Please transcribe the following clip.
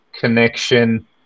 connection